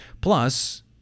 plus